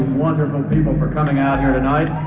wonderful people for coming out here tonight